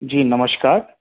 جی نمشکار